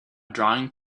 drawing